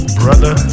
brother